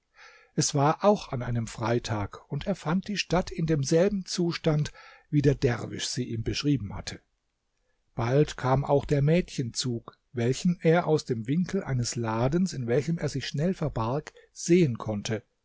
es war auch an einem freitag und er fand die stadt in demselben zustand wie der derwisch sie ihm beschrieben hatte bald kam auch der mädchenzug welchen er aus dem winkel eines ladens in welchem er sich schnell verbarg sehen konnte